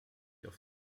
auf